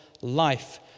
life